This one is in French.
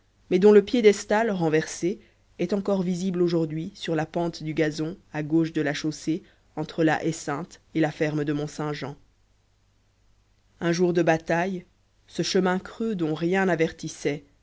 mais dont le piédestal renversé est encore visible aujourd'hui sur la pente du gazon à gauche de la chaussée entre la haie sainte et la ferme de mont-saint-jean un jour de bataille ce chemin creux dont rien n'avertissait